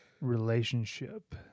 relationship